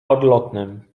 odlotnem